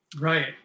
Right